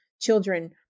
children